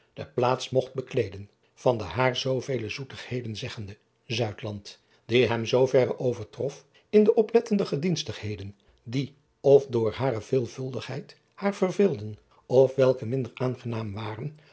de plaats mogt bekleeden van den haar zoovele zoetigheden zeggenden die hem zooverre overtrof in de oplettende gedienstigheden die of door hare veelvuldigheid haar verveelden of welke minder aangenaam waren